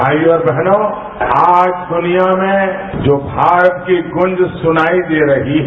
भाईयों और बहनों आज दुनिया में जो भारत की गूंज सुनाई दे रही है